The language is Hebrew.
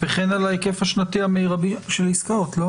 "וכן על ההיקף השנתי המרבי של עסקאות".